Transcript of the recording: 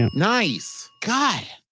and nice god